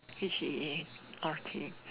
H E A R T